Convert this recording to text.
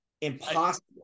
impossible